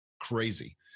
crazy